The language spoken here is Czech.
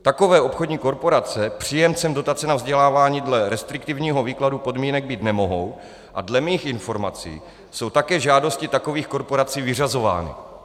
Takové obchodní korporace příjemcem dotace na vzdělávání dle restriktivního výkladu podmínek být nemohou a dle mých informací jsou také žádosti takových korporací vyřazovány.